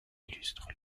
illustre